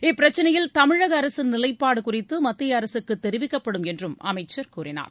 இப்பிரச்சினையில் தமிழக அரசின் நிலைப்பாடு குறித்து மத்திய அரசுக்கு தெரிவிக்கப்படும் என்றும் அமைச்சர் கூறினார்